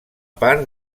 part